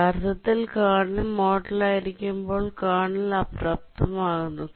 യഥാർത്ഥത്തിൽ കേർണൽ മോഡിലായിരിക്കുമ്പോൾ കേർണൽ അപ്രാപ്തമാക്കുന്നു